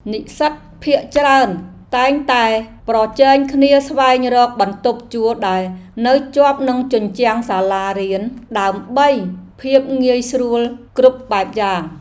និស្សិតភាគច្រើនតែងតែប្រជែងគ្នាស្វែងរកបន្ទប់ជួលដែលនៅជាប់នឹងជញ្ជាំងសាលារៀន ដើម្បីភាពងាយស្រួលគ្រប់បែបយ៉ាង។